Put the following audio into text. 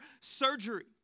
surgery